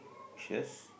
cheers